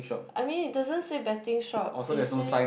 I mean it doesn't say betting shop it says